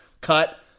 Cut